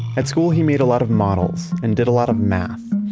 at school, he made a lot of models and did a lot of math.